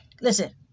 listen